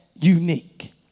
unique